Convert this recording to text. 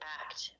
act